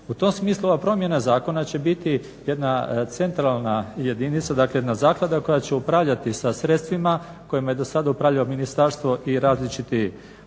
U tom smislu ova promjena zakona će biti jedna centralna jedinica, dakle jedna zaklada koja će upravljati sa sredstvima kojima je do sada upravljao ministarstvo i različiti